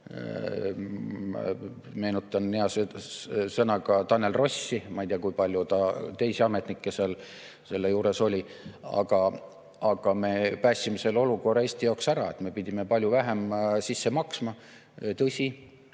Meenutan hea sõnaga Tanel Rossi, ma ei tea, kui palju teisi ametnikke selle juures oli, aga me päästsime selle olukorra Eesti jaoks ära, me pidime palju vähem sisse maksma. Tõsi,